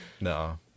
No